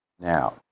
Now